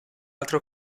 altre